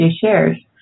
shares